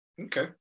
Okay